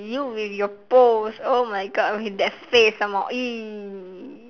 you with your pose oh my god with that face some more !ee!